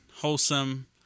wholesome